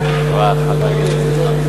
רבותי חברי הכנסת,